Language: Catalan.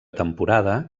temporada